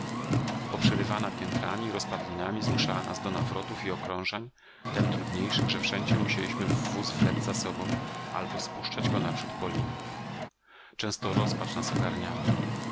wydawało poprzerywana piętrami i rozpadlinami zmuszała nas do nawrotów i okrążań tem trudniejszych że wszędzie musieliśmy wóz wlec za sobą albo spuszczać go naprzód po linach często rozpacz nas ogarniała